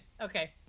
okay